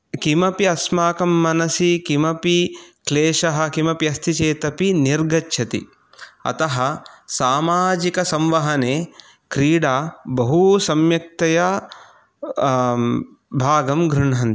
किमपि अस्माकं मनसि किमपि क्लेशः किमपि अस्ति चेत् अपि निर्गच्छति अतः सामाजिकसम्वहने क्रीडा बहू सम्यक्तया भागं गृह्णन्ति